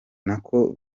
nako